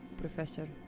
professor